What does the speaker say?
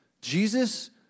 Jesus